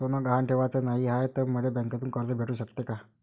सोनं गहान ठेवाच नाही हाय, त मले बँकेतून कर्ज भेटू शकते का?